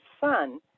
son